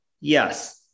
yes